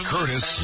Curtis